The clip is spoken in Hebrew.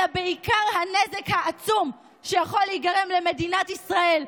אלא בעיקר הנזק העצום שיכול להיגרם למדינת ישראל,